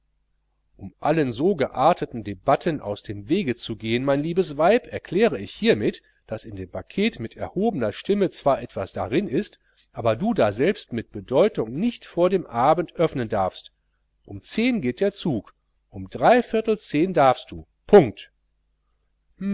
um allen so gearteten debatten aus dem wege zu gehen mein liebes weib erkläre ich hiermit daß in dem paket mit erhobener stimme zwar etwas darin ist aber du dasselbe mit bedeutung nicht vor dem abend öffnen darfst um zehn geht der zug um dreiviertel zehn darfst du punkt